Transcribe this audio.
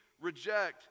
reject